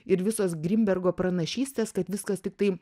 ir visos grinbergo pranašystės kad viskas tiktai